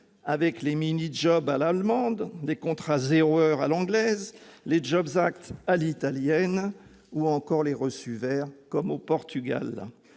avec les mini-jobs à l'allemande, les contrats zéro heure à l'anglaise, le à l'italienne ou encore les reçus verts à la portugaise.